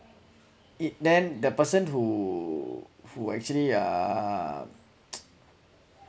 it then the person who who actually uh